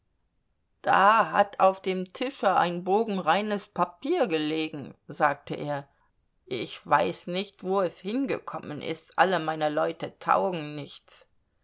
da hat auf dem tische ein bogen reines papier gelegen sagte er ich weiß nicht wo es hingekommen ist alle meine leute taugen nichts